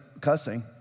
cussing